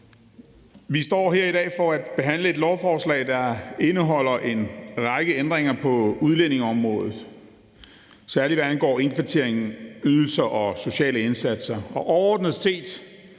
Vi står her i dag for at behandle et lovforslag, der indeholder en række ændringer på udlændingeområdet, særlig hvad angår indkvartering, ydelser og sociale indsatser.